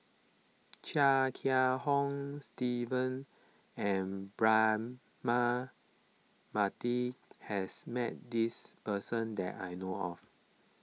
Chia Kiah Hong Steve and Braema Mathi has met this person that I know of